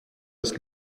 ist